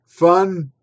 Fun